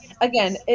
again